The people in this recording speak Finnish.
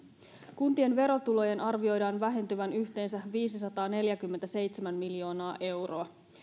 kuntien verotulojen arvioidaan vähentyvän yhteensä viisisataaneljäkymmentäseitsemän miljoonaa euroa